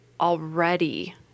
already